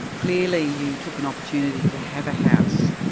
clearly you took an opportunity to have a house.